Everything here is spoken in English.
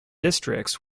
districts